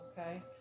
Okay